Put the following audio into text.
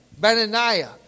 Benaniah